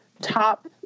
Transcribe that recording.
top